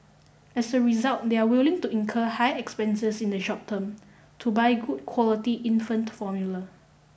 as a result they are willing to incur high expenses in the short term to buy good quality infant formula